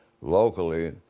locally